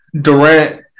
Durant